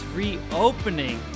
reopening